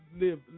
live